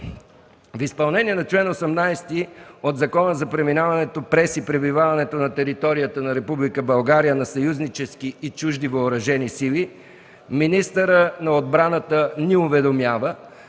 В изпълнение на чл. 18 от Закона за преминаването през и пребиваването на територията на Република България на съюзнически и чужди въоръжени сили министърът на отбраната ни уведомява,